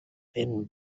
thin